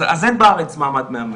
אז אין בארץ מעמד מאמן.